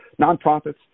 nonprofits